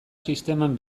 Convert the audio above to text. sisteman